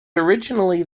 originally